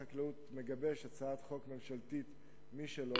מגבש הצעת חוק ממשלתית משלו,